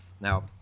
now